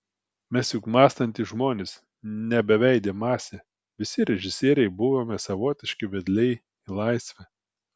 mes juk mąstantys žmonės ne beveidė masė visi režisieriai buvome savotiški vedliai į laisvę